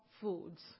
foods